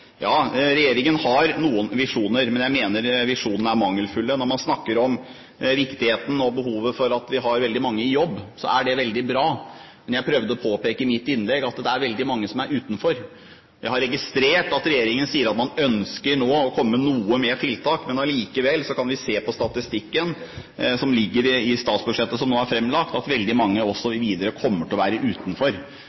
Ja, regjeringen har noen visjoner, men jeg mener visjonene er mangelfulle. Når man snakker om viktigheten av og behovet for at vi har veldig mange i jobb, er det veldig bra. Men jeg prøvde å påpeke i mitt innlegg at det er veldig mange som er utenfor. Jeg har registrert at regjeringen sier at man nå ønsker å komme med noen flere tiltak. Allikevel kan vi se av statistikken som ligger i statsbudsjettet som nå er framlagt, at veldig mange også videre kommer til å være utenfor. Det er en bekymring også